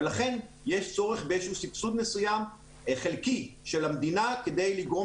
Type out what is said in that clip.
ולכן יש צורך בסבסוד מסוים חלקי של המדינה כדי לגרום